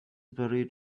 buried